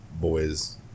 boys